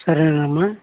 సరేనమ్మ